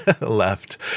left